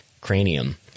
cranium